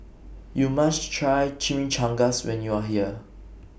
YOU must Try Chimichangas when YOU Are here